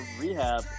rehab